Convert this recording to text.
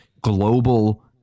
global